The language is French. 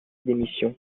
démission